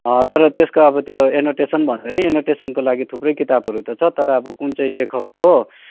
तर त्यसको अब त्यो एनोटेसन भन्दाखेरि एनोटेसनको लागि थुप्रै किताबहरू त छ तर अब कुन चाहिँ लेखकको